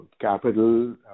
capital